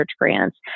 grants